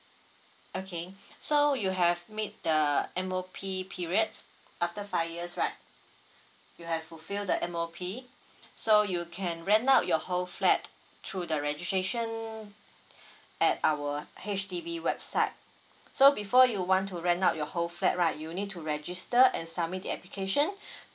okay so you have meet the M_O_P periods after five years right you have fulfill the M_O_P so you can rent out your whole flat through the registration at our H_D_B website so before you want to rent out your whole flat right you need to register and submit the application